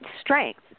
strength